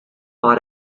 far